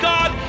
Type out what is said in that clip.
God